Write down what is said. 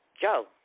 Joe